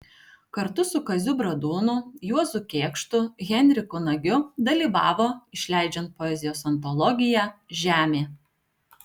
kartu su kaziu bradūnu juozu kėkštu henriku nagiu dalyvavo išleidžiant poezijos antologiją žemė